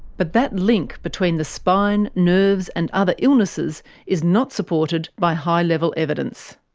but that link between the spine, nerves and other illnesses is not supported by high level evidence.